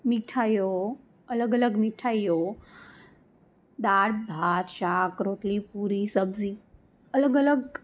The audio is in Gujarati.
મીઠાઈઓ અલગ અલગ મીઠાઈઓ દાળ ભાત શાક રોટલી પૂરી સબ્જી અલગ અલગ